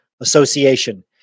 Association